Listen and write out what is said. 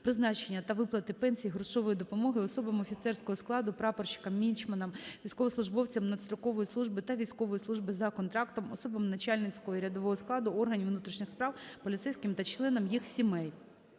призначення та виплати пенсій і грошової допомоги особам офіцерського складу, прапорщикам, мічманам, військовослужбовцям надстрокової служби та військової служби за контрактом, особам начальницького і рядового складу органів внутрішніх справ, поліцейським та членам їхніх сімей".